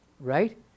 right